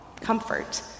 comfort